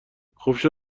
خوب